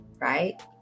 right